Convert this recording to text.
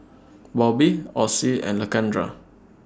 Bobbie Ossie and Lakendra